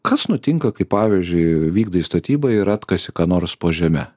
kas nutinka kai pavyzdžiui vykdai statybą ir atkasi ką nors po žeme